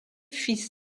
fils